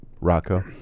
Rocco